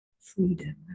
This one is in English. freedom